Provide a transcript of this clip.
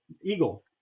eagle